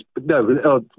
no